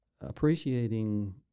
Appreciating